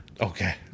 okay